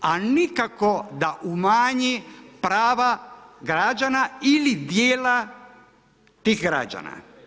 A nikako da umanji prava građana ili dijela tih građana.